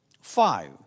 five